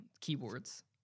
keyboards